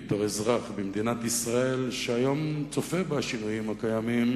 בתור אזרח במדינת ישראל שהיום צופה בשינויים הקיימים,